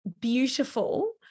beautiful